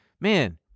Man